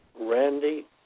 Randy